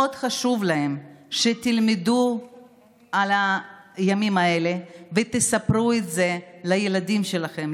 מאוד חשוב להם שתלמדו על הימים האלה ותספרו את זה לילדים שלכם,